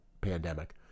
pandemic